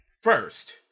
First